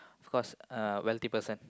of course uh wealthy person